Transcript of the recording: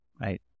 right